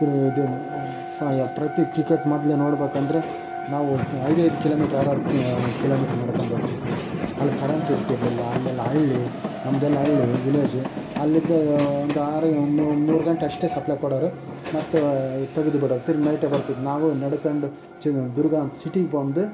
ಕ್ರಿ ಇದು ಫೈಯ ಪ್ರತಿ ಕ್ರಿಕೆಟ್ ಮೊದಲೇ ನೋಡ್ಬೇಕೆಂದ್ರೆ ನಾವು ಐದೈದು ಕಿಲೋ ಮೀಟ್ರ್ ಆರಾರು ಕ ಕಿಲೋ ಮೀಟ್ರ್ ನಡ್ಕೊಂಡೋಗ್ತಿದ್ವಿ ಅಲ್ಲಿ ಕರೆಂಟ್ ಇರ್ತಿರ್ಲಿಲ್ಲ ಅಲ್ಲೆಲ್ಲ ಹಳ್ಳಿ ನಮ್ದೆಲ್ಲ ಹಳ್ಳಿ ವಿಲೇಜು ಅಲ್ಲಿಂದ ಒಂದು ಆರು ಮೂರು ಗಂಟೆ ಅಷ್ಟೇ ಸಪ್ಲೈ ಕೊಡೋರು ಮತ್ತೆ ತೆಗೆದು ಬಿಡೋರು ತಿರ್ಗಾ ನೈಟೇ ಬರ್ತಿತ್ತು ನಾವು ನಡೆಕೊಂಡು ಚಿ ದುರ್ಗಾ ಸಿಟೀಗೆ ಬಂದು